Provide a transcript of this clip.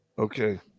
Okay